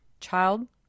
Child